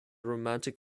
romantic